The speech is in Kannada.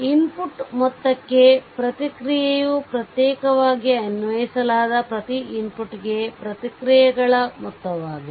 ಇನ್ಪುಟ್ನ ಮೊತ್ತಕ್ಕೆ ಪ್ರತಿಕ್ರಿಯೆಯು ಪ್ರತ್ಯೇಕವಾಗಿ ಅನ್ವಯಿಸಲಾದ ಪ್ರತಿ ಇನ್ಪುಟ್ಗೆ ಪ್ರತಿಕ್ರಿಯೆಗಳ ಮೊತ್ತವಾಗಿದೆ